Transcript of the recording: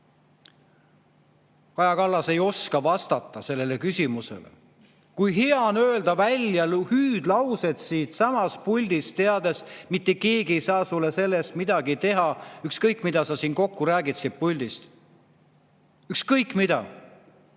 Kaja Kallas ei oska vastata sellele küsimusele. Kui hea on öelda välja hüüdlaused siitsamast puldist, teades, et mitte keegi ei saa sulle selle eest midagi teha, ükskõik, mida sa kokku räägid siin puldis. Ükskõik mida!